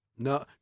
No